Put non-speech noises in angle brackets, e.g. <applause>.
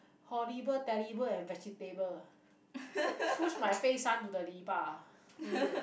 horrible terrible and vegetable ah push my face son to the <noise>